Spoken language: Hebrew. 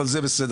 אבל זה בסדר,